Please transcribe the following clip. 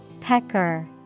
Pecker